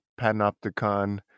Panopticon